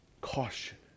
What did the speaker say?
Caution